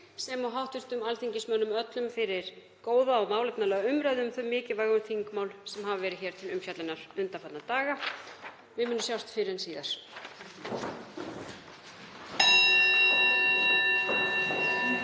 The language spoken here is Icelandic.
sem og hv. alþingismönnum öllum fyrir góða og málefnalega umræðu um þau mikilvægu þingmál sem hafa verið hér til umfjöllunar undanfarna daga. Við munum sjást fyrr en síðar.